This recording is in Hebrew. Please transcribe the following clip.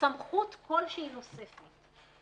סמכות כלשהי נוספת.